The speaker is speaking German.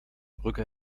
brücke